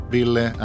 Ville